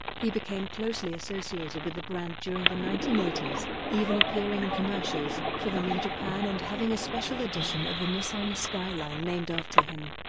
he became closely associated with the brand during the nineteen eighty s, even appearing in and commercials for them in japan and having a special edition of the nissan skyline named after him.